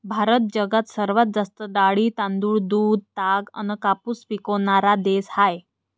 भारत जगात सर्वात जास्त डाळी, तांदूळ, दूध, ताग अन कापूस पिकवनारा देश हाय